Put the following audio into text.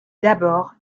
d’abord